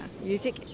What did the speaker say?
Music